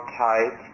tight